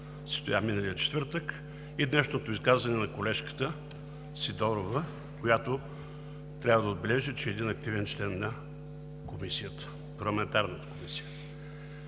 състоя миналия четвъртък, и днешното изказване на колежката Сидорова, която, трябва да отбележа, че е един активен член на парламентарната комисия.